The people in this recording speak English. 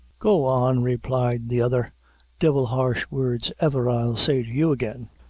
go on, replied the other devila harsh word ever i'll say to you again.